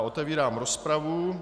Otevírám rozpravu.